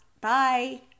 Bye